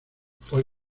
fue